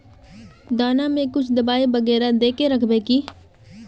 दाना में कुछ दबाई बेगरा दय के राखबे की?